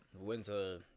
Winter